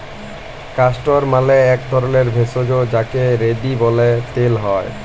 castor মালে এক ধরলের ভেষজ যাকে রেড়ি ব্যলে তেল হ্যয়